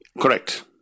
Correct